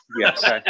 yes